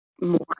more